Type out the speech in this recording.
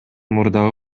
мурдагы